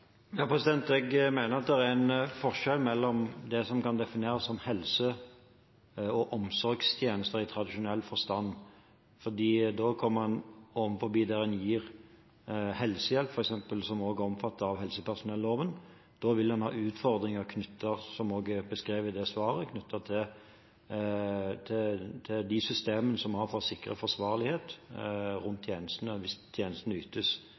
Jeg mener at det er en forskjell fra det som kan defineres som helse- og omsorgstjenester i tradisjonell forstand, for da kommer man f.eks. inn på det å gi helsehjelp, som også er omfattet av helsepersonelloven. Da vil en, som også er beskrevet i det svaret, ha utfordringer knyttet til de systemene vi har for å sikre forsvarlighet rundt tjenestene, hvis tjenestene ytes